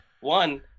one